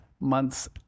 months